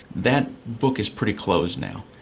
that book is pretty closed now,